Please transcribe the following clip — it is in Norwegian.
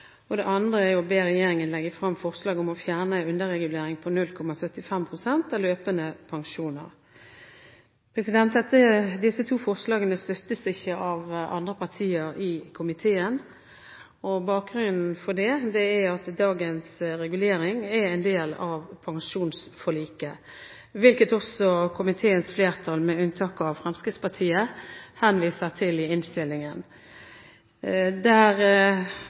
Og det andre er å be regjeringen legge frem forslag om å fjerne underregulering på 0,75 pst. av løpende pensjoner. Disse to forslagene støttes ikke av andre partier i komiteen, og bakgrunnen for det er at dagens regulering er en del av pensjonsforliket; hvilket også komiteens flertall med unntak av Fremskrittspartiet henviser til i innstillingen. Der